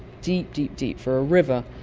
deep, deep, deep, for a river,